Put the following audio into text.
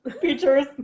features